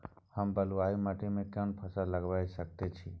हम बलुआही माटी में कोन फसल लगाबै सकेत छी?